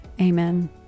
Amen